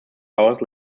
hours